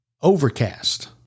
Overcast